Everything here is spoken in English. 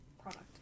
Product